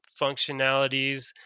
functionalities